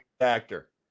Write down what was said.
actor